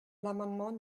l’amendement